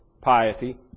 piety